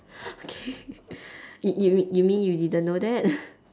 okay you you you mean you didn't know that